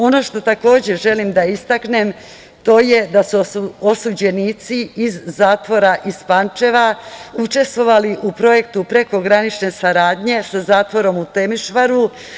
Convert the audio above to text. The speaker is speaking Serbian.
Ono što takođe želim da istaknem, to je da su osuđenici iz zatvora iz Pančeva učestvovali u projektu prekogranične saradnje sa zatvorom u Temišvaru.